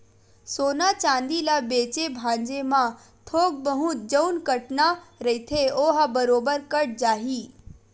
सोना चांदी ल बेंचे भांजे म थोक बहुत जउन कटना रहिथे ओहा बरोबर कट जाही